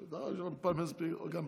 אתה יכול להתפלמס איתי גם פה.